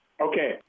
Okay